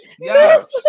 yes